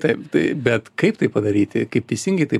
taip tai bet kaip tai padaryti kaip teisingai tai